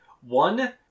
one